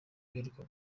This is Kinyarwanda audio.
uheruka